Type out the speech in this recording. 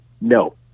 No